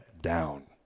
down